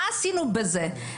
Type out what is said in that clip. מה עשינו בזה?